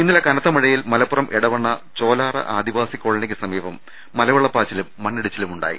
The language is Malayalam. ഇന്നലെ കനത്ത മഴയിൽ മലപ്പുറം എടവണ്ണ ചോലാറ ആദിവാസി കോളനിക്ക് സമീപം മലവെള്ളപ്പാച്ചിലും മണ്ണിടിച്ചിലുമുണ്ടായി